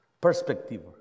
perspective